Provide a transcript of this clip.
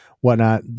whatnot